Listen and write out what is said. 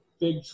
big